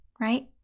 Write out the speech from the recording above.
right